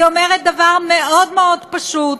היא אומרת דבר מאוד מאוד פשוט: